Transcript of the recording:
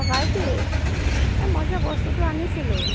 অ' ভাইটি এ মই যে বস্তুটো আনিছিলোঁ